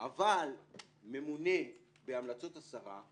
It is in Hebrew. אבל ממונה בהמלצות השרה,